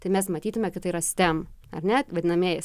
tai mes matytume kad tai yra stem ar ne vadinamieji